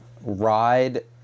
ride